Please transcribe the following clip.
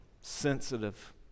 sensitive